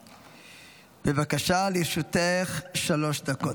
בבקשה, לרשותך שלוש דקות.